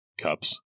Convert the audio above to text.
cups